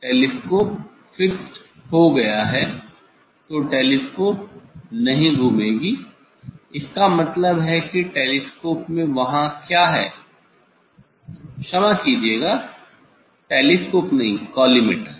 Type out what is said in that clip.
telescope fixed हो गया है तो टेलीस्कोप नहीं घूमेगी इसका मतलब है कि टेलीस्कोप में वहां क्या है क्षमा कीजिये टेलीस्कोप नहीं कॉलीमटोर